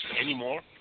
anymore